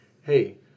Hey